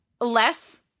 less